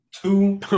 Two